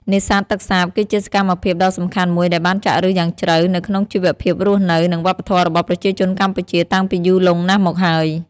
នេសាទទឹកសាបគឺជាសកម្មភាពដ៏សំខាន់មួយដែលបានចាក់ឫសយ៉ាងជ្រៅនៅក្នុងជីវភាពរស់នៅ និងវប្បធម៌របស់ប្រជាជនកម្ពុជាតាំងពីយូរលង់ណាស់មកហើយ។